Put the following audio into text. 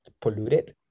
polluted